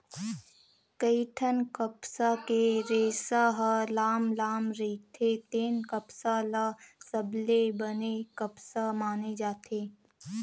कइठन कपसा के रेसा ह लाम लाम रहिथे तेन कपसा ल सबले बने कपसा माने जाथे